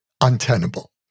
untenable